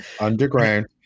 Underground